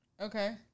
Okay